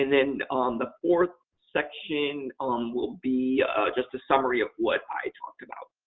and then, the fourth section um will be just a summary of what i talk about.